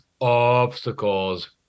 obstacles